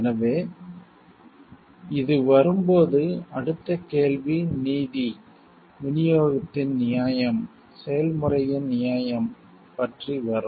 எனவே இது வரும்போது அடுத்த கேள்வி நீதி விநியோகத்தின் நியாயம் செயல்முறையின் நியாயம் பற்றி வரும்